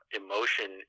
emotion